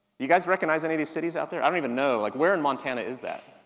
you guys recognize any of these cities out there? i don't even know, like where in montana is that?